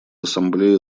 ассамблея